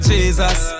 Jesus